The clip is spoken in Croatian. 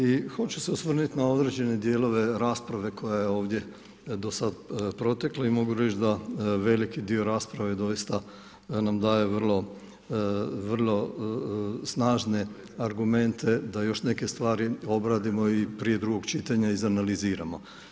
I hoću se osvrnuti na određene dijelove rasprave koja je ovdje do sada protekla i mogu reći da veliki dio rasprave doista nam daje vrlo snažne argumente da još neke stvari obradimo i prije drugog čitanja izanaliziramo.